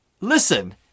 Listen